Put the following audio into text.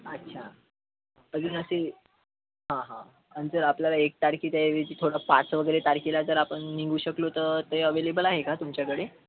अच्छा अजून असे हा हा आणि जर आपल्याला एक तारखेच्या ऐवजी थोडंसं पाच वगैरे तारखेला जर आपण निघू शकलो तर ते अवेलेबल आहे का तुमच्याकडे